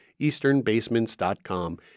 easternbasements.com